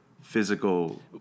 physical